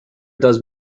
does